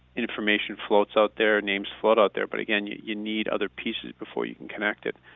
information floats out there, names float out there, but again, you you need other pieces before you can connect it.